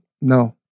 no